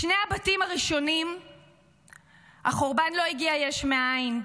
בשני הבתים הראשונים החורבן לא הגיע יש מאין,